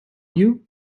you